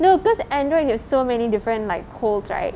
no because Android you have so many different like holes right